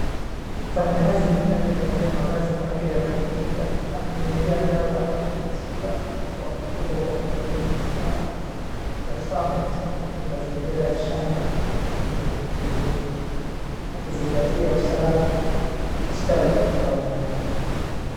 Mfanayakazi aliyevalia mavazi kamili ya kujikinga ananyunyuzia dawa ya tiba kwa mifugo ka kutumia kifaa cha Farmate kwenye mazingira ya shamba kwenye kijijini akizingatia usalama na ustawi wa wanyama.